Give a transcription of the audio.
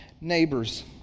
neighbor's